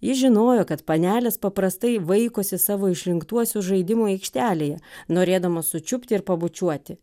jis žinojo kad panelės paprastai vaikosi savo išrinktuosius žaidimo aikštelėje norėdamos sučiupti ir pabučiuoti